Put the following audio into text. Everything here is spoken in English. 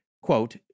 quote